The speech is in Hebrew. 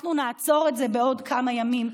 אנחנו נעצור את זה בעוד כמה ימים,